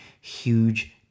huge